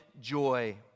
joy